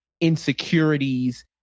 insecurities